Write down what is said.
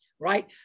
right